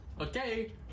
okay